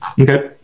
Okay